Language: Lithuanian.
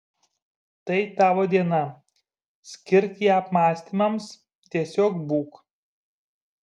tai tavo diena skirk ją apmąstymams tiesiog būk